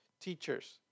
teachers